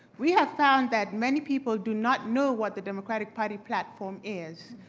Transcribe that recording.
we have found that many people do not know what the democratic party platform is.